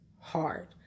hard